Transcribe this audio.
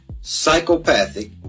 psychopathic